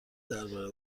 درباره